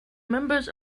members